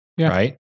right